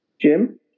Jim